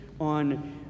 on